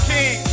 King